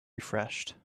refreshed